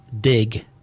dig